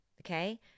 Okay